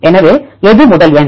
எனவே எது முதல் எண்